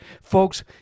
Folks